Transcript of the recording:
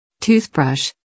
Toothbrush